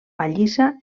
pallissa